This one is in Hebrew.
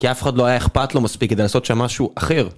כי אף אחד לא היה אכפת לו מספיק כדי לעשות שם משהו אחר.